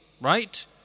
Right